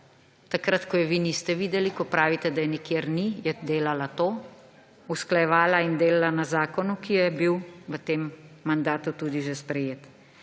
takrat ko je vi niste videli, ko pravite, da je nikjer ni, je delala to, usklajevala in delala na zakonu, ki je bil v tem mandatu tudi že sprejet.